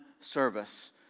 service